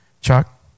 Chuck